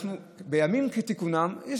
גם בימים כתיקונם יש